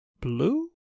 blue